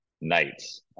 nights